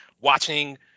watching